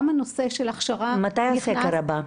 גם הנושא של הכשרה נכנס --- מתי הסקר הבא?